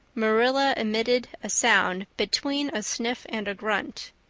marilla emitted a sound between a sniff and a grunt.